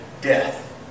death